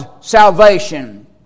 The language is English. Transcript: salvation